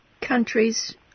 countries